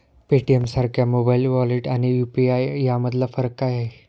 पेटीएमसारख्या mobile wallet आणि UPI यामधला फरक काय आहे?